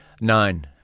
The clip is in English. Nine